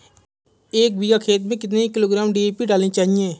एक बीघा खेत में कितनी किलोग्राम डी.ए.पी डालनी चाहिए?